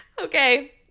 Okay